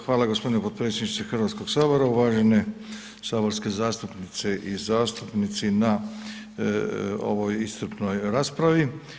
Hvala g. potpredsjedniče Hrvatskog sabora, uvažene saborske zastupnice i zastupnici na ovoj iscrpnoj raspravi.